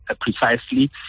precisely